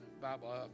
Bible